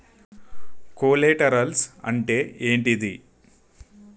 Collaterals అంటే ఏంటిది?